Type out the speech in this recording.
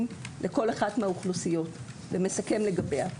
לכל אחת מן האוכלוסיות ומסכמים לגביה.